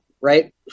Right